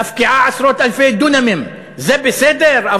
מפקיעה עשרות אלפי דונמים זה בסדר,